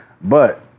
but-